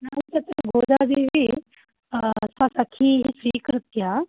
न तत्र गोदादेवी स्व सखी स्वीकृत्य